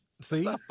See